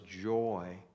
joy